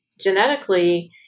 genetically